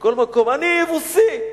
מכל מקום: אני יבוסי.